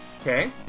Okay